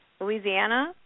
Louisiana